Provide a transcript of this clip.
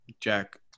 Jack